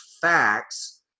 facts